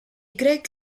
greg